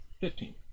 fifteen